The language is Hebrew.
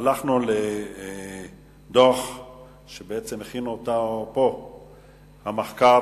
הלכנו לדוח שהכין מרכז המחקר